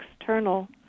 external